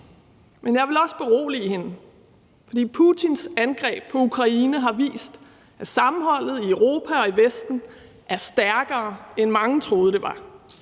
Men jeg vil også berolige hende, for Putins angreb på Ukraine har vist, at sammenholdet i Europa og i Vesten er stærkere, end mange troede det var,